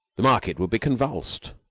the market would be convulsed.